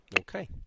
Okay